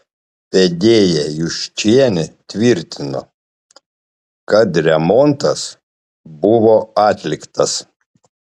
vedėja juščienė tvirtino kad remontas buvo atliktas